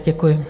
Děkuji.